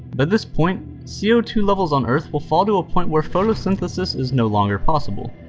but this point, c o two levels on earth will fall to a point where photosynthesis is no longer possible.